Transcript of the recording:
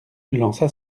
lança